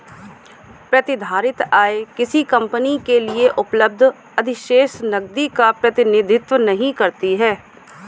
प्रतिधारित आय किसी कंपनी के लिए उपलब्ध अधिशेष नकदी का प्रतिनिधित्व नहीं करती है